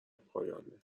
پایانه